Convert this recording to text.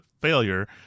failure